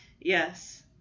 Yes